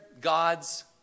God's